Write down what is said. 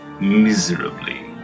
miserably